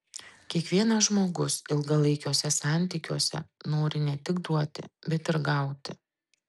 kiekvienas žmogus ilgalaikiuose santykiuose nori ne tik duoti bet ir gauti